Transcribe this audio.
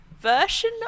version